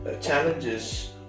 challenges